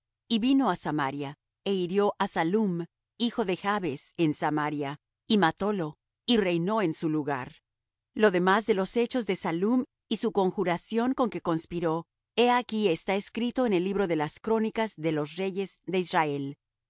y vino á samaria é hirió á sallum hijo de jabes en samaria y matólo y reinó en su lugar lo demás de los hechos de sallum y su conjuración con que conspiró he aquí está escrito en el libro de las crónicas de los reyes de israel